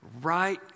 right